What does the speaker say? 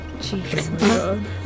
Jesus